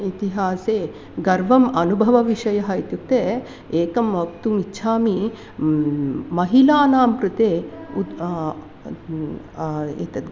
इतिहासे गर्वम् अनुभवविषयः इत्युक्ते एकं वक्तुम् इच्छामि महिलानां कृते एतद्